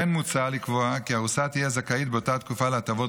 כן מוצע לקבוע כי ארוסה תהיה זכאית באותה תקופה להטבות